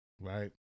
Right